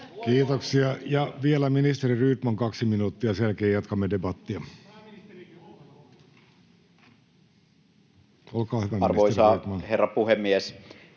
Kiitoksia. — Ja vielä ministeri Rydman kaksi minuuttia. Sen jälkeen jatkamme debattia.